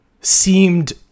seemed